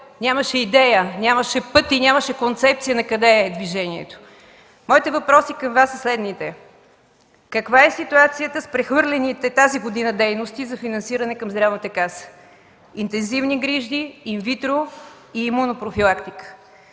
нямаше идея, нямаше път и нямаше концепция накъде е движението. Моите въпроси към Вас са следните: каква е ситуацията с прехвърлените тази година дейности за финансиране към Здравната каса – интензивни грижи, ин витро и имунопрофилактика?